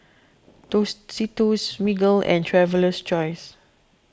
Tostitos Smiggle and Traveler's Choice